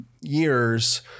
years